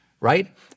Right